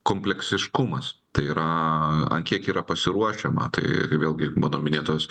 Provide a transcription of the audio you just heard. kompleksiškumas tai yra kiek yra pasiruošę matai vėlgi mano minėtos